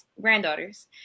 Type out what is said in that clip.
granddaughters